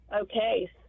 Okay